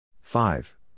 Five